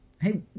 Hey